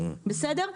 בסדר?